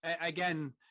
again